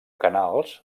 canals